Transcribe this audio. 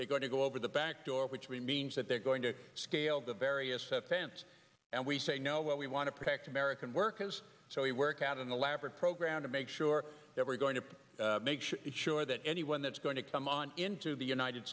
they're going to go over the back door which means that they're going to scale the various fence and we say no what we want to protect american workers so we work out an elaborate program to make sure that we're going to make sure that anyone that's going to come on into the united